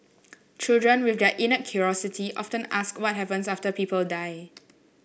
children with their innate curiosity often ask what happens after people die